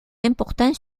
important